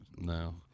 No